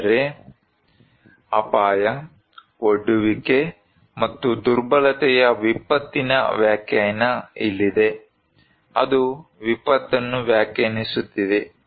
ಆದರೆ ಅಪಾಯ ಒಡ್ಡುವಿಕೆ ಮತ್ತು ದುರ್ಬಲತೆಯ ವಿಪತ್ತಿನ ವ್ಯಾಖ್ಯಾನ ಇಲ್ಲಿದೆ ಅದು ವಿಪತ್ತನ್ನು ವ್ಯಾಖ್ಯಾನಿಸುತ್ತಿದೆ